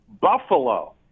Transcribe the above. Buffalo